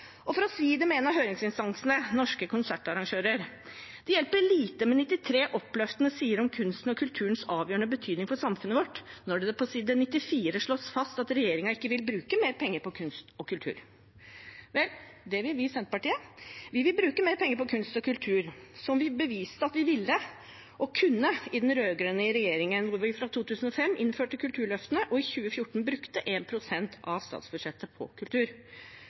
om. For å si det med ordene til en av høringsinstansene – Norske konsertarrangører: «Det hjelper lite med 93 oppløftende sider om kunstens og kulturens avgjørende betydning for samfunnet vårt, når det på side 94 slås fast at regjeringen ikke vil bruke mer penger på kunst og kultur.» Vel – det vil vi i Senterpartiet. Vi vil bruke mer penger på kunst og kultur, som vi beviste at vi ville og kunne i den rød-grønne regjeringen, da vi fra 2005 innførte Kulturløftene og i 2014 brukte 1 pst. av statsbudsjettet på kultur.